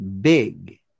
big